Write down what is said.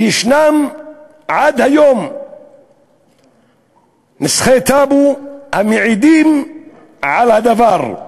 וישנם עד היום נסחי טאבו המעידים על הדבר.